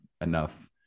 enough